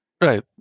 right